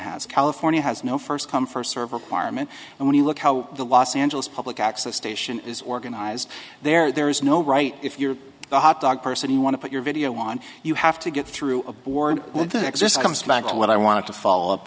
has california has no first come first serve requirement and when you look how the los angeles public access station is organized there is no right if you're a hot dog person you want to put your video on you have to get through a board with the existing comes back to what i want to follow up